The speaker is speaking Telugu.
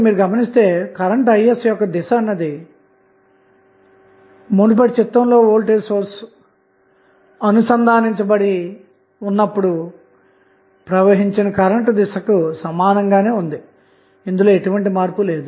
మీరు గమనిస్తే ఇక్కడ కరెంటు Is యొక్క దిశ అన్నది మునుపటి చిత్రంలో వోల్టేజ్ సోర్స్ అనుసంధానించబడి ఉన్నప్పుడు ప్రవహించిన కరెంటు దిశకు సమానంగానే కలదు ఎటువంటి మార్పు లేదు